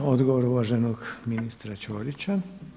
Odgovor uvaženog ministra Ćorića.